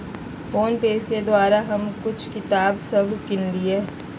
PhonePe के द्वारा हम कुछ किताप सभ किनलियइ